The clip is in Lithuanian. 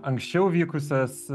anksčiau vykusias